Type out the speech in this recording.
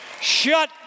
Shut